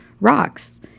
Rocks